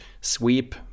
sweep